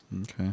Okay